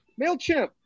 MailChimp